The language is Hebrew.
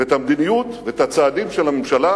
ואת המדיניות ואת הצעדים של הממשלה,